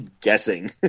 Guessing